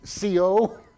CO